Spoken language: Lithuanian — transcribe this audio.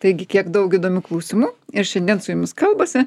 taigi kiek daug įdomių klausimų ir šiandien su jumis kalbasi